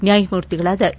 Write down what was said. ನ್ಯಾಯಮೂರ್ತಿಗಳಾದ ಎ